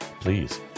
Please